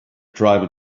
tribal